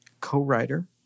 co-writer